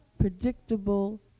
predictable